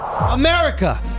America